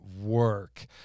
work